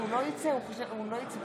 אתם אינכם שומעים את מזכירת הכנסת.